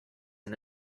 and